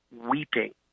weeping